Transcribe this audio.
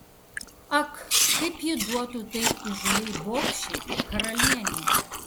ak kaip ji duotų tai įžūliai bobšei karalienei